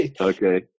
Okay